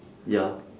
ya